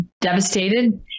devastated